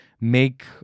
make